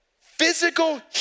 physical